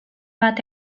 bat